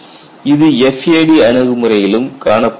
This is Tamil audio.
இது FAD அணுகுமுறையிலும் காணப்படுகிறது